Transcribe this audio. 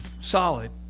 solid